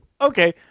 okay